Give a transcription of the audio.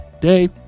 day